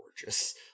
gorgeous